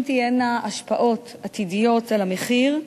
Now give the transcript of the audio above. אם תהיינה השפעות עתידיות על המחיר,